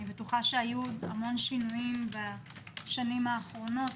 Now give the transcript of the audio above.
אני בטוחה שהיו המון שינויים בשנים האחרונות.